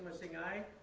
saying aye?